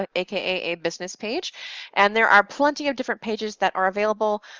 ah aka business page and there are plenty of different pages that are available,